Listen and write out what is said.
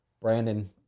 Brandon